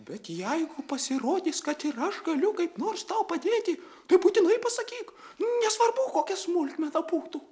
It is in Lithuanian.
bet jeigu pasirodys kad ir aš galiu kaip nors tau padėti tai būtinai pasakyk nesvarbu kokia smulkmena būtų